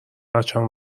بچم